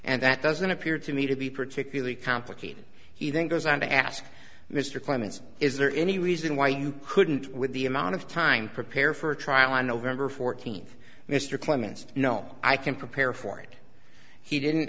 and that doesn't appear to me to be particularly complicated he then goes on to ask mr clemens is there any reason why you couldn't with the amount of time prepare for a trial on november fourteenth mr clements you know i can prepare for it he didn't